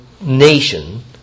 nation